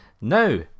Now